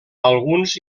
alguns